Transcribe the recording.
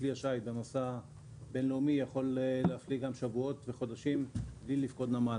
כלי שיט צובר אשפה רבה ולעיתים חולפים גם חודשים עד שהוא מגיע לנמל.